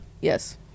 Yes